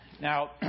Now